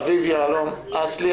אביב יהלום אסל"י,